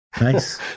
Nice